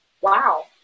Wow